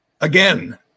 again